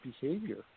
behavior